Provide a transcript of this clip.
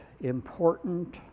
important